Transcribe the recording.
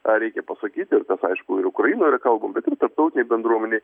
reikia pasakyti ir tas aišku ir ukrainoje yra kalbama bet ir tarptautinėj bendruomenėj